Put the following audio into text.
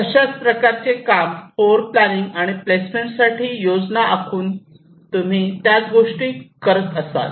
तशाच प्रकारचे काम फ्लोरप्लानिंगच्या आणि प्लेसमेंट साठी योजना आखून तुम्ही त्याच गोष्टी करत असाल